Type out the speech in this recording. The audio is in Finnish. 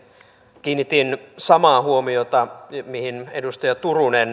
kiinnitin samaan huomiota mihin edustaja turunen